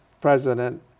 President